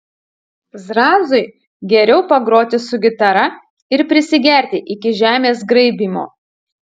zrazui geriau pagroti su gitara ir prisigerti iki žemės graibymo